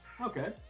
Okay